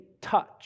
touch